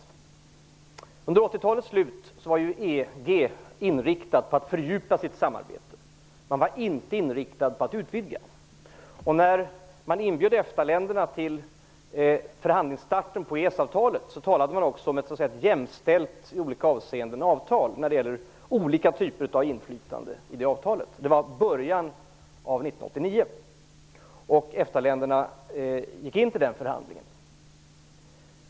På slutet av 80-talet var EG inriktat på att fördjupa sitt samarbete men inte på att utvidga det. När man inbjöd EFTA-länderna till starten av förhandlingarna om EES-avtalet talade man också om ett i olika avseenden jämställt avtal när det gällde olika typer av inflytande i avtalet. Det var i början av 1989. EFTA länderna gick in i den förhandlingen.